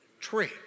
tree